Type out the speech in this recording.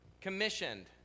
commissioned